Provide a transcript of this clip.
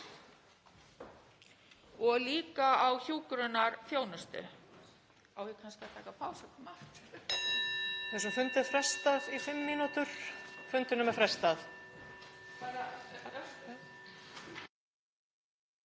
og líka á hjúkrunarþjónustu.